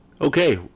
Okay